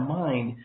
mind